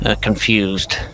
confused